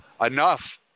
enough